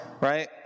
right